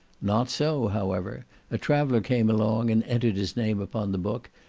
not so, however a traveller came along, and entered his name upon the book,